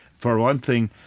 for one thing,